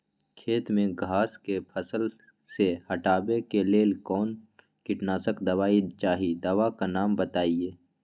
खेत में घास के फसल से हटावे के लेल कौन किटनाशक दवाई चाहि दवा का नाम बताआई?